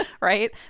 Right